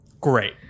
great